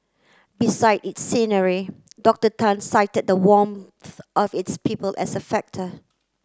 besides its scenery Dr Tan cited the warmth of its people as a factor